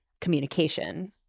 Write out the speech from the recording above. communication